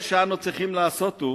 כל אשר אנו צריכים לעשות הוא